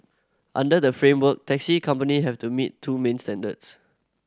under the framework taxi company have to meet two main standards